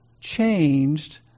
changed